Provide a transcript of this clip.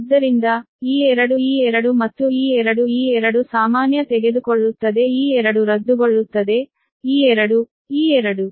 ಆದ್ದರಿಂದ ಈ 2 ಈ 2 ಮತ್ತು ಈ 2 ಈ 2 ಸಾಮಾನ್ಯ ತೆಗೆದುಕೊಳ್ಳುತ್ತದೆ ಈ 2 ರದ್ದುಗೊಳ್ಳುತ್ತದೆ ಈ ಎರಡು ಈ ಎರಡು